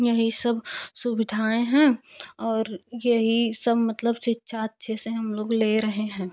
यही सब सुविधाएँ हैं और यही सब मतलब शिक्षा अच्छे से हम लोग ले रहे हैं